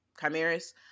chimeras